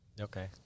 Okay